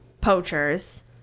poachers